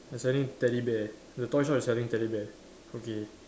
they're selling teddy bear the toy shop is selling teddy bear okay